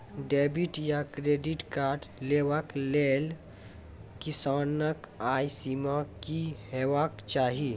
Debit या credit card लेवाक लेल किसानक आय सीमा की हेवाक चाही?